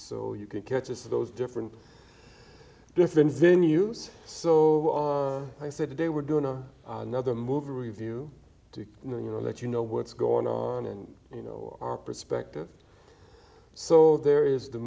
so you can catch those different different venue so i said today we're doing another movie review to you know that you know what's going on and you know our perspective so there is the